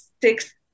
six